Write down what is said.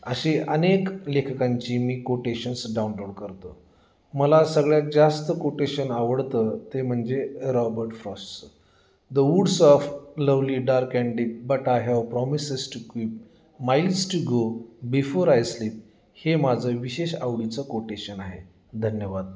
अशी अनेक लेखकांची मी कोटेशन्स डाउनलोड करतो मला सगळ्यात जास्त कोटेशन आवडतं ते म्हणजे रॉबर्ट फ्रॉस्टसच the woods of lovely dark the and deep but I have promises to keep miles to go before I sleep हे माझं विशेष आवडीचं कोटेशन आहे धन्यवाद